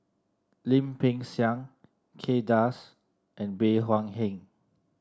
Lim Peng Siang Kay Das and Bey Hua Heng